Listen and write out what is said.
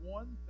one